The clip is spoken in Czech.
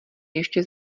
ještě